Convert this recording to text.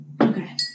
Okay